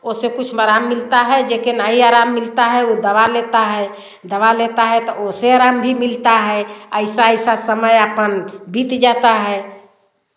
उससे कुछ आराम मिलता है जो कि नहीं आराम मिलता है वह दवा लेता है दवा लेता है तो उसे आराम भी मिलता है ऐसा ऐसा समय आपन बीत जाता है